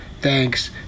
Thanks